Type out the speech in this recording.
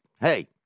Hey